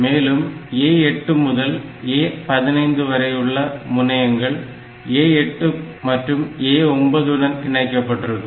மேலும் A8 முதல் A15 வரை உள்ள முனையங்கள் A8 மற்றும் A9 உடன் இணைக்கப்பட்டிருக்கும்